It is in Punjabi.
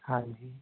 ਹਾਂਜੀ